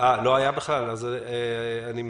לא היה בכלל, אני מצטער.